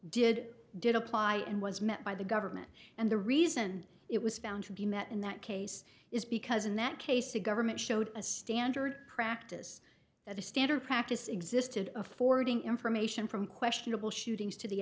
did did apply and was met by the government and the reason it was found to be met in that case is because in that case the government showed a standard practice that the standard practice existed affording information from questionable shootings to the